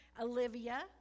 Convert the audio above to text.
Olivia